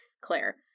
Claire